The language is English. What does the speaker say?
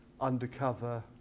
undercover